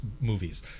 movies